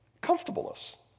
comfortableness